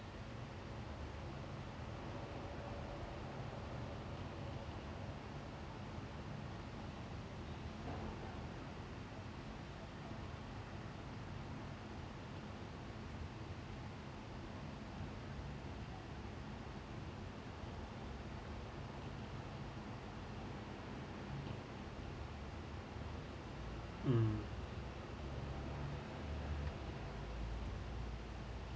mm